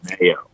Mayo